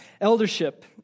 Eldership